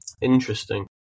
interesting